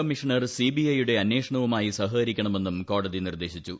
commissioner C B I യുടെ അന്വേഷണവുമായി സഹകരിക്കണമെന്നും കോടതി നിർദ്ദേശിച്ചു